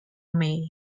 may